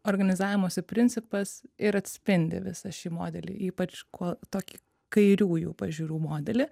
organizavimosi principas ir atspindi visą šį modelį ypač kuo tokį kairiųjų pažiūrų modelį